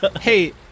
Hey